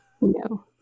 No